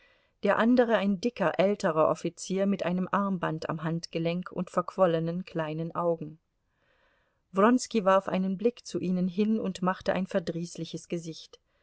der andere ein dicker älterer offizier mit einem armband am handgelenk und verquollenen kleinen augen wronski warf einen blick zu ihnen hin und machte ein verdrießliches gesicht